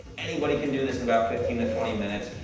anybody can do this in about fifteen to twenty minutes,